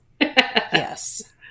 Yes